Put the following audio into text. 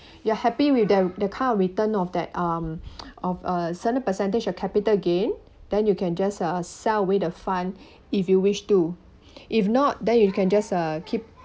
you are happy with the kind of return of that um of a certain percentage of capital gain then you can just uh sell away the fund if you wish to if not then you can just uh keep